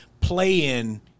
play-in